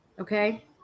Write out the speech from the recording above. okay